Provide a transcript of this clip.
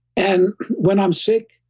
and when i'm sick,